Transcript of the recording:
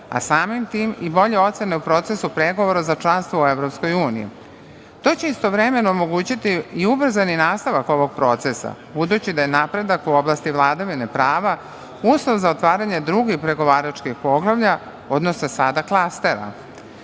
a samim tim i bolje ocene u procesu pregovora za članstvo u EU.To će istovremeno omogućiti i ubrzani nastavak ovog procesa budući da je napredak u oblasti vladavine prava uslov za otvaranje druge pregovaračkih poglavlja, odnosno sada klastera.